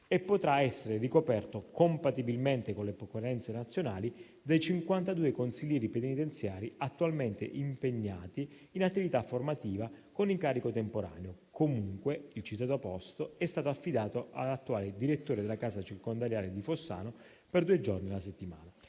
e potrà essere ricoperto, compatibilmente con le occorrenze nazionali, dai 52 consiglieri penitenziari attualmente impegnati in attività formativa con incarico temporaneo. Comunque, il citato posto è stato affidato all'attuale direttore della casa circondariale di Fossano, per due giorni alla settimana.